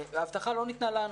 ההבטחה לא ניתנה לנו,